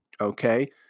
okay